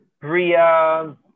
Bria